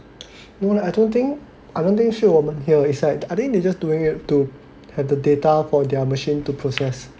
no lah I don't think I don't think 是我们 hear is like they just doing it to have the data for their machine to process